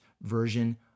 version